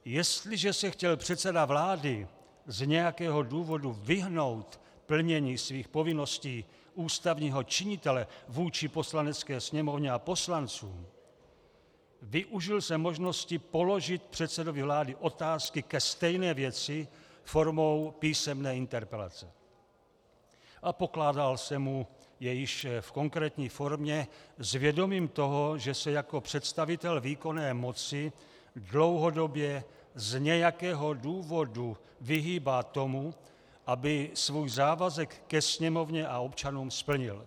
Jestliže se chtěl předseda vlády z nějakého důvodu vyhnout plnění svých povinností ústavního činitele vůči Poslanecké sněmovně a poslancům, využil jsem možnosti položit předsedovi vlády otázky ke stejné věci formou písemné interpelace a pokládal jsem mu je již v konkrétní formě s vědomím toho, že se jako představitel výkonné moci dlouhodobě z nějakého důvodu vyhýbá tomu, aby svůj závazek ke Sněmovně a občanům splnil.